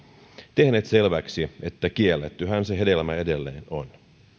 tehneet selväksi että kiellettyhän se hedelmä edelleen on